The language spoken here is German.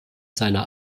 seiner